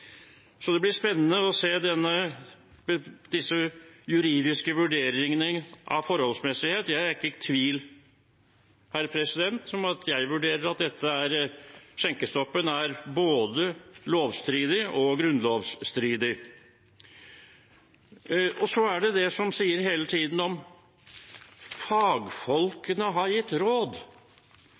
i tvil om at jeg vurderer at skjenkestoppen er både lovstridig og grunnlovsstridig. Så er det det som hele tiden sies om at fagfolkene har gitt råd.